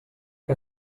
que